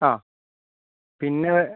ആ പിന്നെ